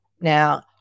Now